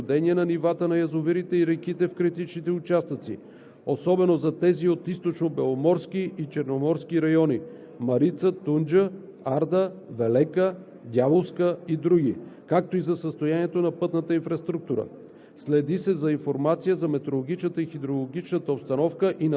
Създадена е организация от областните управители и кметове на общини за наблюдение на нивата на язовирите и реките в критичните участъци, особено за тези от Източнобеломорски и Черноморски район – Марица, Тунджа, Арда, Велека, Дяволска и други, както и за състоянието на пътната инфраструктура.